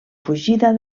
fugida